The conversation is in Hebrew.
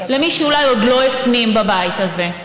למי שאולי עוד לא הפנים בבית הזה,